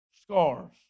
Scars